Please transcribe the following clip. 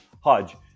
Hodge